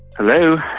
hello?